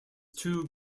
two